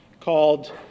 called